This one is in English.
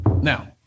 Now